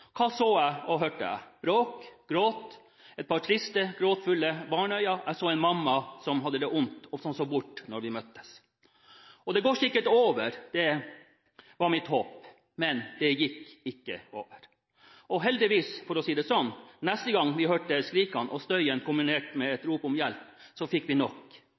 Hva så og hørte jeg? Det var bråk, gråt, et par triste og gråtfulle barneøyne. Jeg så en mamma som hadde det vondt, og som så bort når vi møttes. Det går sikkert over, var mitt håp, men det gikk ikke over. Og heldigvis – for å si det sånn: Neste gang vi hørte skrikene og støyen kombinert med et rop om hjelp, fikk vi nok.